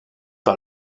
par